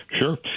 Sure